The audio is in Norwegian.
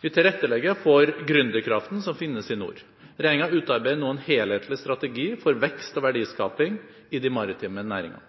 Vi tilrettelegger for gründerkraften som finnes i nord. Regjeringen utarbeider nå en helhetlig strategi for vekst og verdiskaping i de maritime næringene.